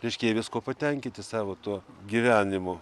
reiškia jie viskuo patenkinti savo tuo gyvenimu